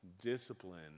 discipline